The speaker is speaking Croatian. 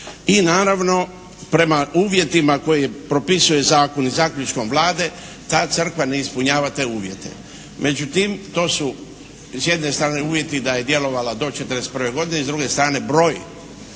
I naravno prema uvjetima koje propisuje zakon i zaključkom Vlade ta crkva ne ispunjava te uvjete. Međutim to su s jedne strane uvjeti da je djelovala do 41. godine i s druge strane broj